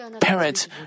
Parents